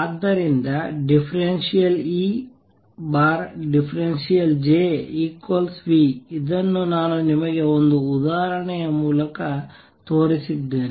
ಆದ್ದರಿಂದ ∂E∂Jν ಇದನ್ನು ನಾನು ನಿಮಗೆ ಒಂದು ಉದಾಹರಣೆಯ ಮೂಲಕ ತೋರಿಸಿದ್ದೇನೆ